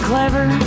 clever